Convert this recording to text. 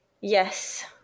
Yes